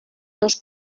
dos